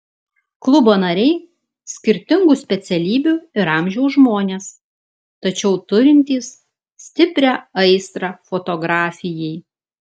klubo nariai skirtingų specialybių ir amžiaus žmonės tačiau turintys stiprią aistrą fotografijai